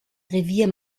revier